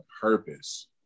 purpose